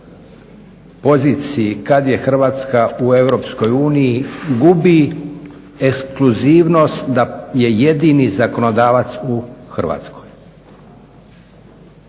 poziciji kada je Hrvatska u EU gubi ekskluzivnost da je jedini zakonodavac u Hrvatskoj,